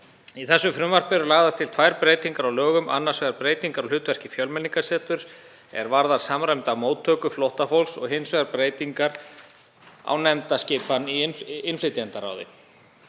Í þessu frumvarpi er lagðar eru til tvær breytingar á lögunum, annars vegar breytingar á hlutverki Fjölmenningarseturs er varða samræmda móttöku flóttafólks og hins vegar breytingar á nefndaskipan í innflytjendaráði.